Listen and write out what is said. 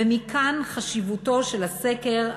ומכאן חשיבותו של הסקר,